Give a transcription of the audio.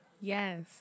Yes